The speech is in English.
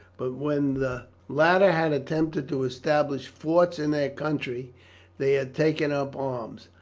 but when the latter had attempted to establish forts in their country they had taken up arms.